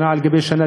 שנה על גבי שנה.